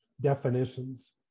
definitions